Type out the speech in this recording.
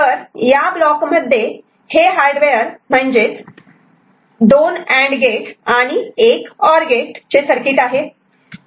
तर या ब्लॉक मध्ये हे हार्डवेअर म्हणजेच 2 अँड गेट आणि 1 और गेट चे सर्किट आहे